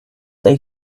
they